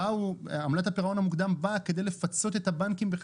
עמלת הפירעון המוקדם באה כדי לפצות את הבנקים על